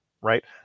right